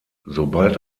sobald